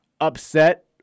upset